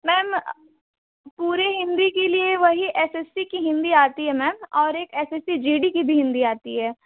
ma'am पूरे हिन्दी के लिए वही एस एस सी की हिन्दी आती है मैम और एक S S C G D की भी हिन्दी आती है